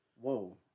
whoa